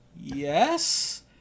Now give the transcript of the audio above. yes